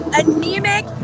anemic